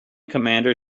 commander